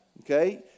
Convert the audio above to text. okay